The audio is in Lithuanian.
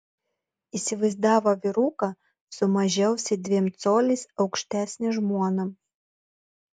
įsivaizdavo vyruką su mažiausiai dviem coliais aukštesne žmona